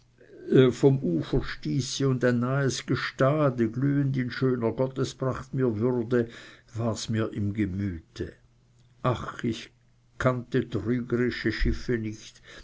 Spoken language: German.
vom ufer stieße und ein nahes gestade glühend in schöner gottespracht mir würde war's mir im gemüte ach ich kannte trügerische schiffe nicht